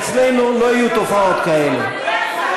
אצלנו לא יהיו תופעות כאלה.